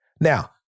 Now